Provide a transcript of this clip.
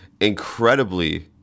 incredibly